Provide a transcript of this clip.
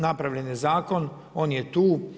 Napravljen je zakon, on je tu.